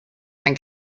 ein